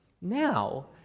Now